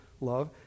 love